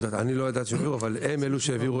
אני לא ידעתי שהם מעבירים אבל הם אלו שהעבירו